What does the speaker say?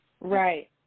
right